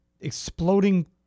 exploding